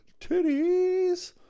Titties